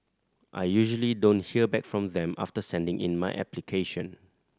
I usually don't hear back from them after sending in my application